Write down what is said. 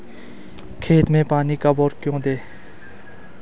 खेत में पानी कब और क्यों दें?